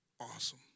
Awesome